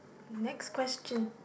next question